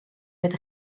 oedd